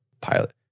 pilot